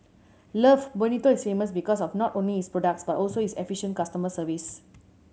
love Bonito is famous because of not only its products but also its efficient customer service